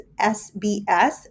SBS